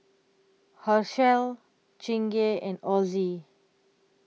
Herschel Chingay and Ozi